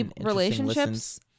Relationships